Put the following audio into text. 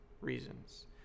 reasons